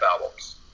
albums